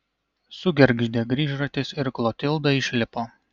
sugergždė grįžratis ir klotilda išlipo